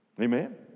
Amen